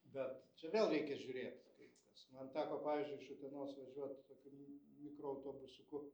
bet čia vėl reikia žiūrėt kaip nes man teko pavyzdžiui iš utenos važiuot su tokiu mi mikroautobusiuku